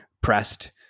pressed